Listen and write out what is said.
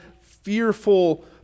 fearful